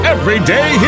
Everyday